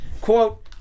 quote